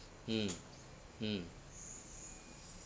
mm mm